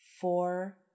four